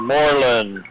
Moreland